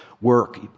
work